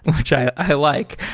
which i like.